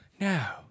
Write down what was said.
now